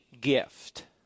gift